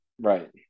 Right